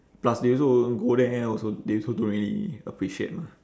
plus they also won't go there also they also don't really appreciate mah